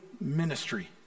ministry